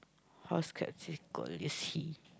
hows scared his call is he